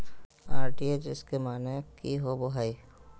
RTGS के माने की होबो है?